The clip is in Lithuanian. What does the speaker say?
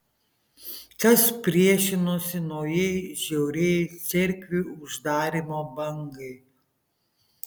kas priešinosi naujai žiauriai cerkvių uždarymo bangai